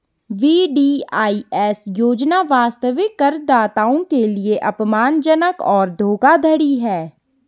VDIS योजना वास्तविक करदाताओं के लिए अपमानजनक और धोखाधड़ी है